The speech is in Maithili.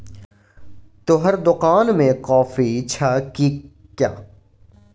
तोहर दोकान मे कॉफी छह कि?